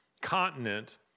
continent